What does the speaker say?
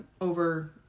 over